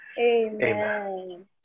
Amen